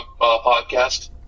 podcast